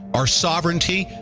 our sovereignty,